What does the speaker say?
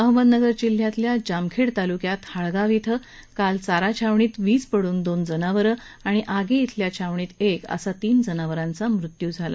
अहमदनगर जिल्ह्यातील जामखेड तालुक्यातील हाळगाव इथं काल हाळगाव चारा छावणीमध्ये वीज पडून दोन जनावरं आणि आगी इथल्या छावणीत एक अशा तीन जनावरांचा मृत्यू झाला